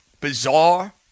bizarre